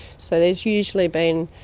so there has usually been.